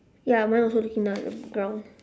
ya mine also looking down at the ground